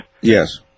Yes